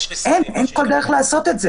אין שום דרך לעשות את זה.